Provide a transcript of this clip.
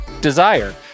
Desire